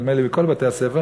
נדמה לי בכל בתי-הספר,